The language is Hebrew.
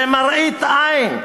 זה מראית עין.